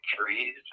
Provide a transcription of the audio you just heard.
trees